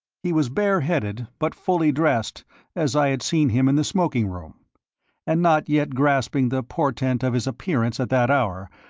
he was bare-headed, but fully dressed as i had seen him in the smoking-room and not yet grasping the portent of his appearance at that hour,